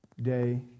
Day